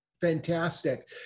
Fantastic